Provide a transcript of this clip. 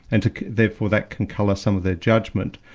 and therefore that can colour some of their judgment.